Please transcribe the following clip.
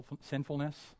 sinfulness